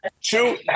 two